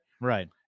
Right